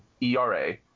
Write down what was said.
ERA